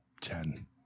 Ten